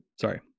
sorry